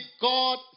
God